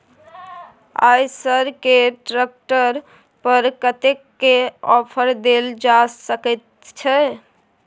आयसर के ट्रैक्टर पर कतेक के ऑफर देल जा सकेत छै?